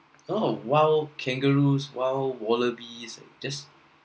oh wild kangaroos wild wallabies and just